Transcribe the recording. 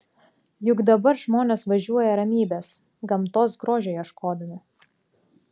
juk dabar žmonės važiuoja ramybės gamtos grožio ieškodami